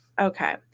Okay